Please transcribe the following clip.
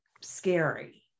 scary